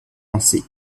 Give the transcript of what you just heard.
lancée